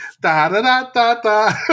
da-da-da-da-da